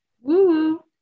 woo